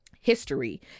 history